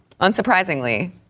unsurprisingly